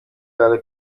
kale